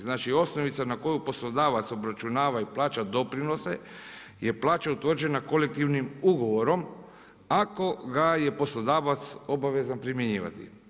Znači, osnovica na koju poslodavac obračunava i plaća doprinose je plaća utvrđena kolektivnim ugovorom ako ga je poslodavac obavezan primjenjivati.